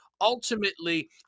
ultimately